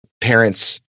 parents